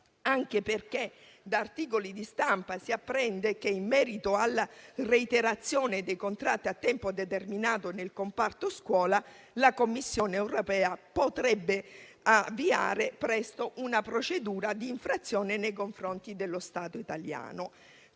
anche perché, da articoli di stampa, si apprende che, in merito alla reiterazione dei contratti a tempo determinato nel comparto scuola, la Commissione europea potrebbe avviare presto una procedura di infrazione nei confronti dello Stato italiano.